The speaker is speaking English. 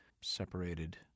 separated